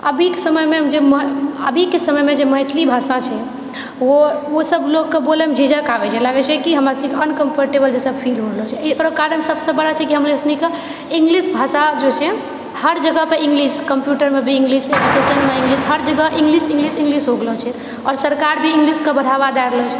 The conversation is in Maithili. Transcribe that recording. अभीके समयमे जे अभीके समयमे जे मैथिली भाषा छै वो ओ सब लोककेँ बोलएमे झिझक आबैत छै लागै छै कि अनकम्फर्टेबल जैसा फील हो रहलो छै एकरो कारण सबसँ बड़ा छै कि हमरो सुनिकेँ इंगलिश भाषा जे छै हर जगह पर इंगलिश कंप्यूटरमे भी इंगलिश हर जगह इंगलिश इंगलिश इंगलिश हो गेलो छै आओर सरकार भी इंगलिशके बढ़ावा दए रहलो छै